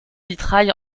vitrail